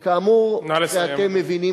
כאמור, נא לסיים.